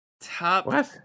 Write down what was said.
Top